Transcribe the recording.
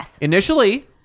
Initially